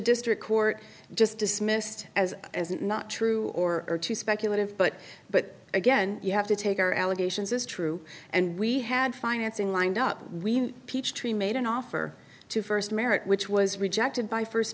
district court just dismissed as not true or are too speculative but but again you have to take our allegations is true and we had financing lined up we peachtree made an offer to first marriage which was rejected by first